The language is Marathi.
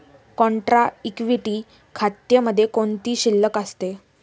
कॉन्ट्रा इक्विटी खात्यामध्ये कोणती शिल्लक असते?